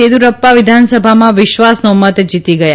થેદયુરપ્પા વિધાનસભામાં વિશ્વાસનો મત જીતી ગયા